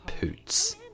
Poots